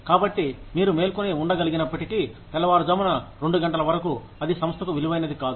కాబట్టి మీరు మేల్కొని ఉండకలిగినప్పటికీ తెల్లవారుజామున రెండు గంటల వరకు అది సంస్థకు విలువైనది కాదు